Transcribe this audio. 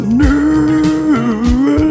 new